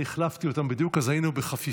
אני החלפתי אותם בדיוק, אז היינו בחפיפה.